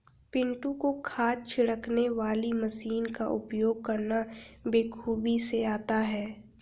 पिंटू को खाद छिड़कने वाली मशीन का उपयोग करना बेखूबी से आता है